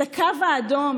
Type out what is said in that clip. את הקו האדום